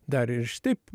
dar ir šitaip